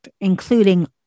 including